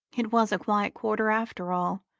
it was a quiet quarter, after all,